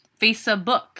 Facebook